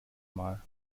mal